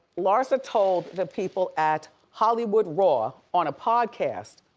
larsa told the people at hollywood raw on a podcast,